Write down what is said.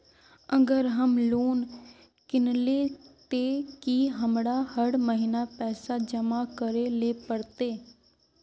अगर हम लोन किनले ते की हमरा हर महीना पैसा जमा करे ले पड़ते?